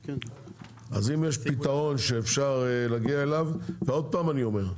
אם יש פתרון שאפשר להגיע אליו אני אומר שוב,